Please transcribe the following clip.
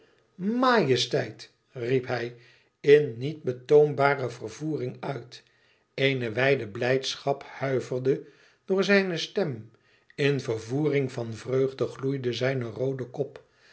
majesteit riep hij in niet betoombare vervoering uit eene wijde blijdschap huiverde door zijne stem in vervoering van vreugde gloeide zijn roode kop